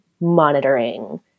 monitoring